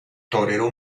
torero